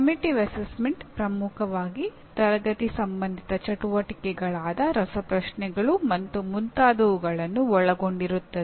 summative assessment ಪ್ರಮುಖವಾಗಿ ತರಗತಿ ಸಂಬಂಧಿತ ಚಟುವಟಿಕೆಗಳಾದ ರಸಪ್ರಶ್ನೆಗಳು ಮತ್ತು ಮುಂತಾದವುಗಳನ್ನು ಒಳಗೊಂಡಿರುತ್ತದೆ